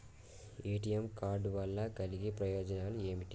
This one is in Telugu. ఏ.టి.ఎమ్ కార్డ్ వల్ల కలిగే ప్రయోజనాలు ఏమిటి?